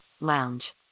Lounge